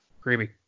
Creepy